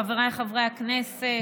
חבריי חברי הכנסת,